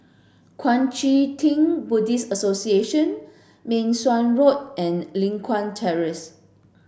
Kuang Chee Tng Buddhist Association Meng Suan Road and Li Hwan Terrace